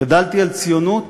גדלתי על ציונות